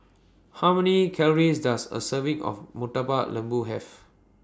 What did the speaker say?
How Many Calories Does A Serving of Murtabak Lembu Have